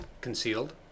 Concealed